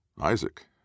Isaac